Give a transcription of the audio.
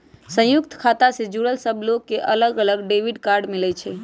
संयुक्त खाता से जुड़ल सब लोग के अलग अलग डेबिट कार्ड मिलई छई